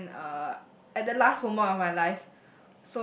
when uh at that last moment of my life